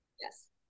yes